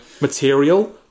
material